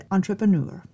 Entrepreneur